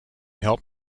help